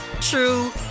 true